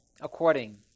according